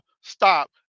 stop